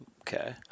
Okay